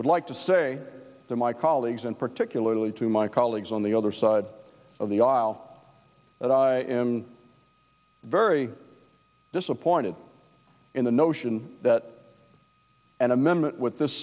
would like to say to my colleagues and particularly to my colleagues on the other side of the aisle very disappointed in the notion that an amendment with th